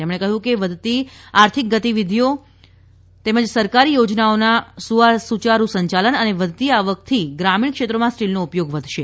તેમણે કહ્યું કે વધતી આર્થિક ગતિવિધિઓ સરકારી યોજનાઓના સુચારુ સંચાલન અને વધતી આવકથી ગ્રામીણ ક્ષેત્રોમાં સ્ટીલનો ઉપયોગ વધશે